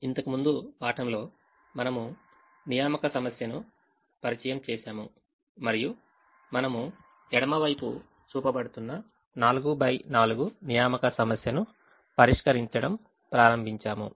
ఇంతకు ముందు పాఠంలో మనము నియామక సమస్యను పరిచయం చేసాము మరియు మనము ఎడమ వైపు చూపబడుతున్న 4 x 4 నియామక సమస్యను పరిష్కరించడం ప్రారంభించాము